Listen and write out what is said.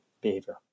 behavior